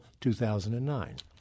2009